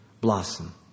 blossom